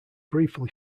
briefly